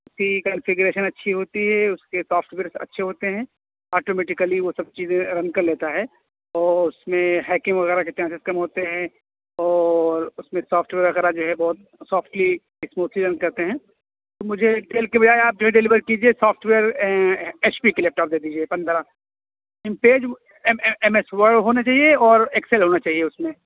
H P کا configuration اچھی ہوتی ہے اس کے سافٹ ویئرس اچھے ہوتے ہیں آٹومیٹیکلی وہ سب چیزیں رن کر لیتا ہے اور اس میں ہیکنگ وغیرہ کے چانسس کم ہوتے ہیں اور اس میں سافٹ ویئر وغیرہ جو ہے بہت سافٹلی اسموتھلی رن کرتے ہیں مجھے ڈیل کے بجائے آپ جو ہے ڈیلیور کیجئے سافٹ ویئر ایچ پی کی لیپ ٹاپ دے دیجئے پندرہ InPage M S word ہونا چاہئے اور ایکسل ہونا چاہئے اس میں